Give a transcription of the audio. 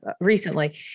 recently